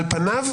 על פניו,